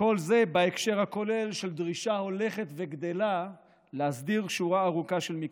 וכל זה בהקשר הכולל של דרישה הולכת וגדלה להסדיר שורה ארוכה של מקצועות.